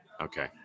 Okay